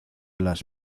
las